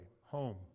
home